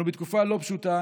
אנחנו בתקופה לא פשוטה.